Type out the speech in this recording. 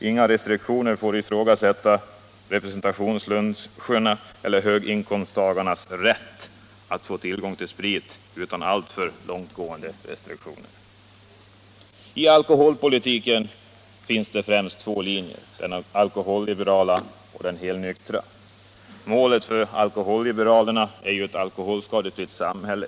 Inga restriktioner får ifrågasätta representationsluncherna eller höginkomsttagarnas ”rätt” att få tillgång till sprit utan alltför långtgående restriktioner. I alkoholpolitiken finns främst två linjer, den alkoholliberala och den helnyktra. Målet för alkoholliberalerna är ett alkoholskadefritt samhälle.